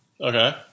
Okay